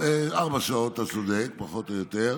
אתה צודק, פחות או יותר,